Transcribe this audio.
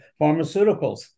pharmaceuticals